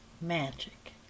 magic